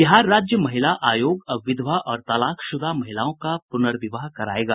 बिहार राज्य महिला आयोग अब विधवा और तलाकशुदा महिलाओं का पुनर्विवाह करायेगा